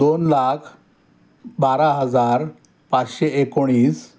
दोन लाख बारा हजार पाचशे एकोणीस